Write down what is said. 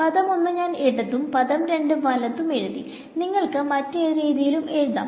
പദം 1 ഞാൻ ഇടതും പദം 2 വലതും എഴുതി നിങ്ങൾക്ക് മറ്റ് രീതിയിലും എഴുതാം